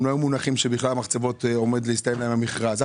הם לא ידעו שעומד להסתיים המכרז של המחצבות,